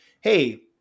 Hey